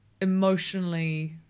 emotionally